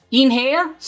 Inhale